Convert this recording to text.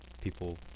people